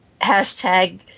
Hashtag